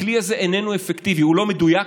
הכלי הזה איננו אפקטיבי, הוא לא מדויק.